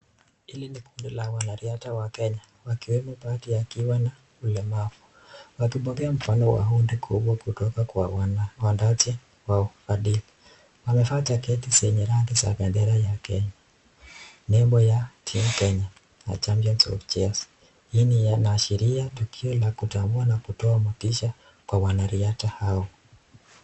Hili ni kundi la wanariadha wa Kenya wakiwemo baadhi akiwa na ulemavu wakipokea mfano wa hundi kubwa kutoka kwa wandaliaji wa ufadhili. Wamevaa jacketi zenye rangi za bendera ya Kenya. Nembo ya Team Kenya na Champions of Cheers . Hii ni inaashiria tukio la kutambua na kutoa motisha kwa wanariadha hao.